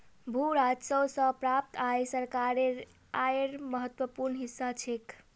भू राजस्व स प्राप्त आय सरकारेर आयेर महत्वपूर्ण हिस्सा छेक